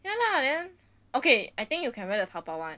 ya lah then okay I think you can wear the 淘宝 one